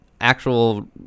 actual